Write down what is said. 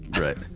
Right